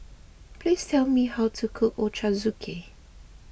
please tell me how to cook Ochazuke